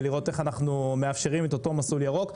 ולראות איך אנחנו מאפשרים את אותו מסלול ירוק.